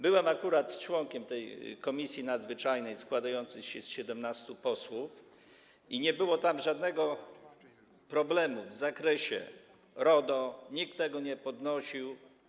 Byłem akurat członkiem tej Komisji Nadzwyczajnej składającej się z 17 posłów i nie było tam żadnego problemu w zakresie RODO, nikt tego nie podnosił.